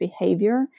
behavior